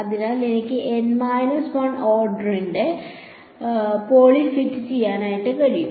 അതിനാൽ എനിക്ക് N 1 ഓർഡറിന്റെ പോളി ഫിറ്റ് ചെയ്യാൻ കഴിയും